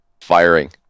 firing